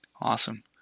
Awesome